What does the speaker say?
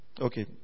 Okay